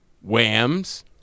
Wham's